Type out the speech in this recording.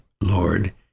Lord